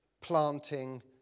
planting